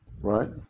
Right